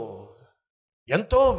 yanto